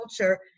culture